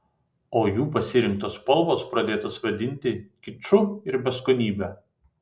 o jų pasirinktos spalvos pradėtos vadinti kiču ir beskonybe